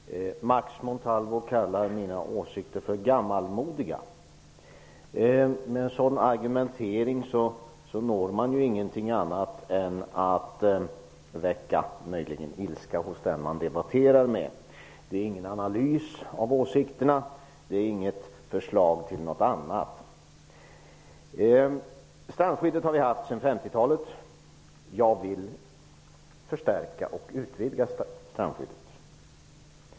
Fru talman! Max Montalvo kallar mina åsikter för gammalmodiga. Med en sådan argumentering når man inget annat än att möjligen väcka ilska hos den man debatterar med. Det är ingen analys av åsikterna. Det är inget förslag till något annat. Vi har haft strandskyddet sedan 50-talet. Jag vill förstärka och utvidga strandskyddet.